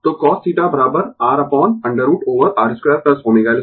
तो cos θ R upon √ over R 2ω L 2